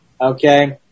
Okay